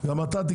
גם אתה,